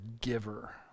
giver